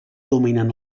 dominen